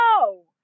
no